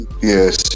Yes